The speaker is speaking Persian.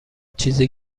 چیزی